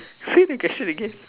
say the question again